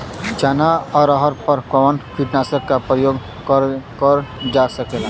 चना अरहर पर कवन कीटनाशक क प्रयोग कर जा सकेला?